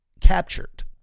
captured